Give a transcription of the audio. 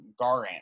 Garant